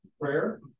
prayer